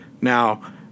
Now